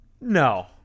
no